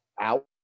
out